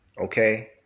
Okay